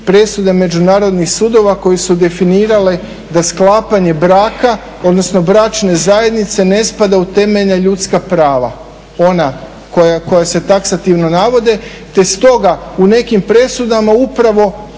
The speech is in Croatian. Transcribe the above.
presude međunarodnih sudova koji su definirali da sklapanje braka, odnosno bračne zajednice ne spadaju u temeljna ljudska prava ona koja se taksativno navode. Te stoga u nekim presudama upravo